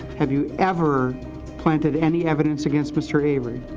have you ever planted any evidence against mr. avery?